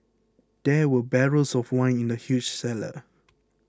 there were barrels of wine in the huge cellar